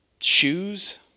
shoes